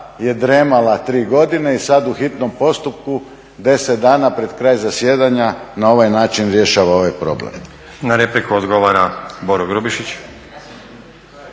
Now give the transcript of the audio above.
je drijemala tri godine i sada u hitnom postupku 10 dana pred kraj zasjedanja na ovaj način rješava ovaj problem. **Stazić, Nenad (SDP)** Na repliku odgovara Boro Grubišić.